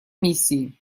миссии